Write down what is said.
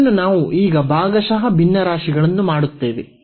ಇದನ್ನು ನಾವು ಈಗ ಭಾಗಶಃ ಭಿನ್ನರಾಶಿಗಳನ್ನು ಮಾಡುತ್ತೇವೆ